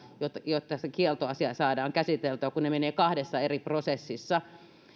jotta kieltoasia saadaan käsiteltyä kun ne menevät kahdessa eri prosessissa